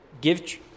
give